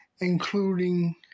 including